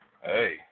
hey